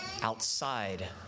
outside